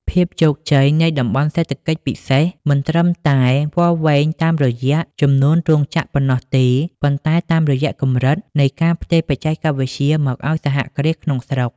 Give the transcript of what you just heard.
ភាពជោគជ័យនៃ តំបន់សេដ្ឋកិច្ចពិសេស មិនត្រឹមតែវាស់វែងតាមរយៈចំនួនរោងចក្រប៉ុណ្ណោះទេ ប៉ុន្តែតាមរយៈកម្រិតនៃ "ការផ្ទេរបច្ចេកវិទ្យា" មកឱ្យសហគ្រាសក្នុងស្រុក។